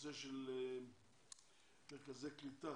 הנושא של מרכזי קליטה.